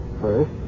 First